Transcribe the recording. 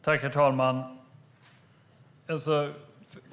Herr talman!